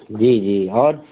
जी जी और